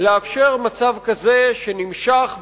לאפשר מצב כזה שנמשך והולך,